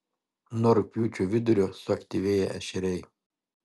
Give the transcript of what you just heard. nuo rugpjūčio vidurio suaktyvėja ešeriai